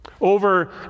Over